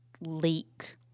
leak